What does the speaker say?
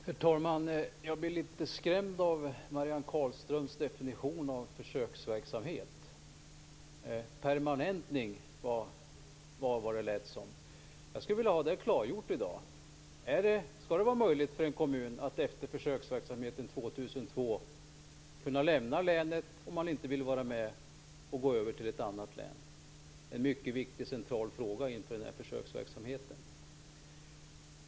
Herr talman! Jag blev litet skrämd av Marianne Carlströms definition av försöksverksamhet. Permanentning, lät det som. Jag skulle vilja ha det klargjort i dag: Skall det vara möjlighet för en kommun att efter försöksverksamheten 2002 kunna lämna länet och gå över till ett annat län? Det är en viktig central fråga inför försöksverksamheten.